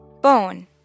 Bone